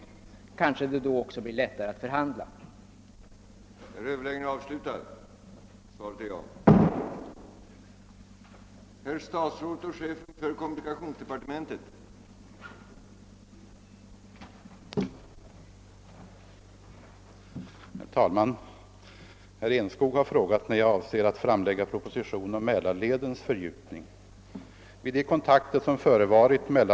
Detta understryker vikten av att representanter för hela Gotland nu kommer med i nya förhandlingar. Ordet lämnades på begäran till Chefen för kommunikationsdeparte